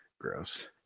Gross